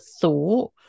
thought